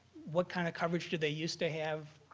what kind of coverage did they used to have?